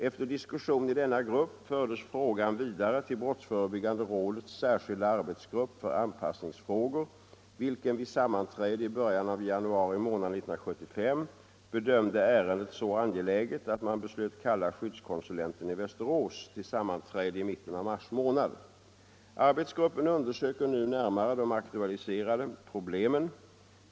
Efter diskussion i denna grupp fördes frågan vidare till brottsförebyggande rådets särskilda arbetsgrupp för anpassningsfrågor, vilken vid sammanträde i början av januari månad 1975 bedömde ärendet så angeläget att man beslöt kalla skyddskonsulenten i Västerås till sammanträde i mitten av mars månad. Arbetsgruppen undersöker nu närmare de aktualiserade problemen.